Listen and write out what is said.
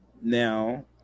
now